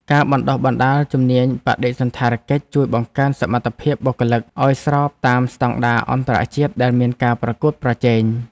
ការបណ្តុះបណ្តាលជំនាញបដិសណ្ឋារកិច្ចជួយបង្កើនសមត្ថភាពបុគ្គលិកឱ្យស្របតាមស្តង់ដារអន្តរជាតិដែលមានការប្រកួតប្រជែង។